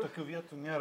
tokių vietų nėra